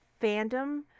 fandom